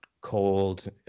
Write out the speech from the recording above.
cold